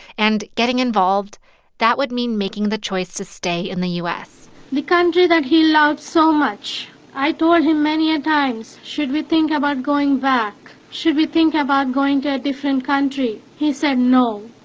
and getting involved that would mean making the choice to stay in the us the country that he loved so much i told him many a times, should we think about going back? should we think about going to a different country? he said, no.